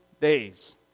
days